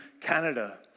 Canada